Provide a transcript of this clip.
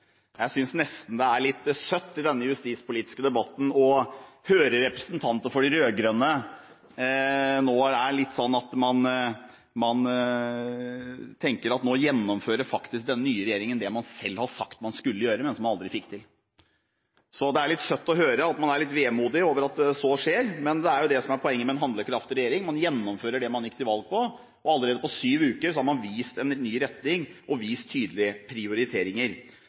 litt søtt i denne justispolitiske debatten å høre representanter for de rød-grønne nå tenke litt sånn at den nye regjeringen nå faktisk gjennomfører det man selv hadde sagt man skulle gjøre, men som man aldri fikk til. Det er litt søtt å høre at man er vemodig over at så skjer, men det er jo det som er poenget med en handlekraftig regjering: Man gjennomfører det man gikk til valg på, og allerede etter syv uker har man vist ny retning og tydelige prioriteringer.